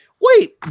Wait